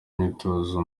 imyitozo